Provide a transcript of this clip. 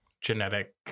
genetic